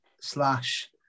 slash